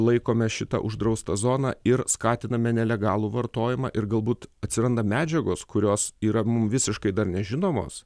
laikome šitą uždraustą zoną ir skatiname nelegalų vartojimą ir galbūt atsiranda medžiagos kurios yra mum visiškai dar nežinomos